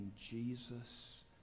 Jesus